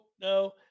no